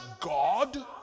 God